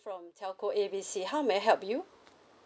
from telco A B C how may I help you